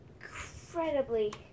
incredibly